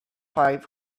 pipe